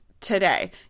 today